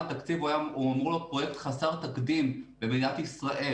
התקציב הוא אמור להיות פרויקט חסר תקדים במדינת ישראל